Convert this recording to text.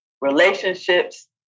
relationships